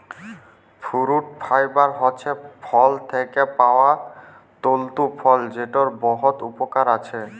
fruit fibre হছে ফল থ্যাকে পাউয়া তল্তু ফল যেটর বহুত উপকরল আছে